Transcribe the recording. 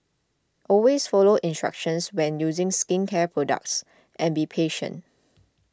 always follow instructions when using skincare products and be patient